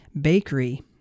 bakery